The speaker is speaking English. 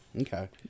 Okay